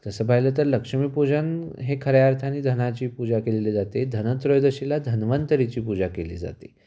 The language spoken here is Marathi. तसं पाहिलं तर लक्ष्मीपूजन हे खऱ्या अर्थानी धनाची पूजा केलेली जाते धनत्रयोदशीला धन्वंतरीची पूजा केली जाते